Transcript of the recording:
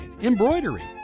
embroidery